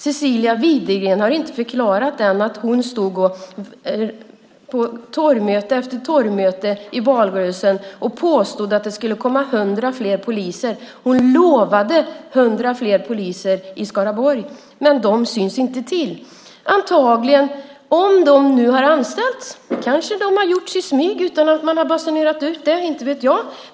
Cecilia Widegren stod på torgmöte efter torgmöte i valrörelsen och påstod att det skulle komma 100 fler poliser. Hon lovade 100 fler poliser i Skaraborg, men de syns inte till. Detta har hon inte gett någon förklaring till. Om de har anställts kanske det har skett i smyg utan att man har basunerat ut det - inte vet jag.